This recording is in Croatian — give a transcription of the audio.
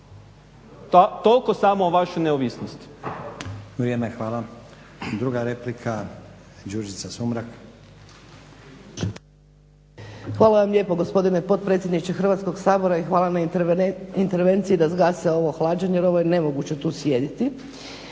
Toliko samo o vašoj neovisnosti.